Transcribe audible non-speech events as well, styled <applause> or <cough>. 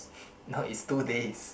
<breath> no it's two days